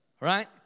right